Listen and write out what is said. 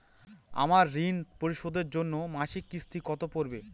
আমার ঋণ পরিশোধের জন্য মাসিক কিস্তি কত পড়বে?